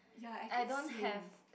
ya actually same